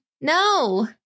no